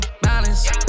balance